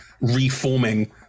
reforming